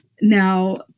Now